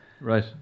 Right